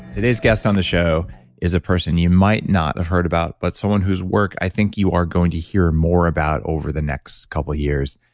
today's guest on the show is a person you might not have heard about but someone whose work i think you are going to hear more about over the next couple years.